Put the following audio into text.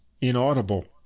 inaudible